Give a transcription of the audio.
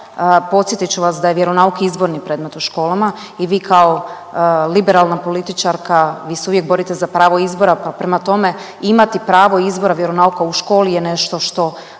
Podsjetit ću vas da je vjeronauk izborni predmet u školama i vi kao liberalna političarka, vi se uvijek borite za pravo izbora pa prema tome imati pravo izbora vjeronauka u školi je nešto što